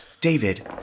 David